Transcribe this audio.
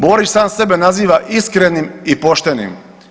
Borić sam sebe naziva iskrenim i poštenim.